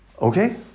Okay